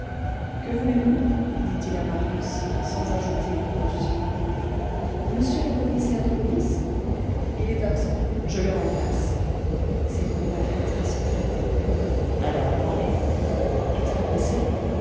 que voulez-vous dit-il à marius sans ajouter monsieur monsieur le commissaire de police il est absent je le remplace c'est pour une affaire très secrète alors parlez et très pressée